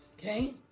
okay